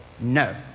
No